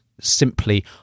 simply